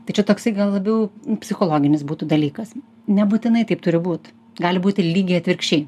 tai čia toksai gal labiau psichologinis būtų dalykas nebūtinai taip turi būt gali būti lygiai atvirkščiai